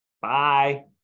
Bye